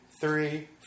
three